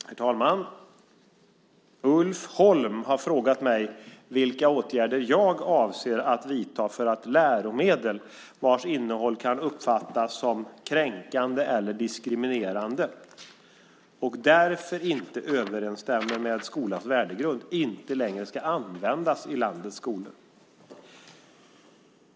Herr talman! Ulf Holm har frågat mig vilka åtgärder jag avser att vidta för att läromedel vars innehåll kan uppfattas som kränkande eller diskriminerande, och därför inte överstämmer med skolans värdegrund, inte längre ska användas i landets skolor.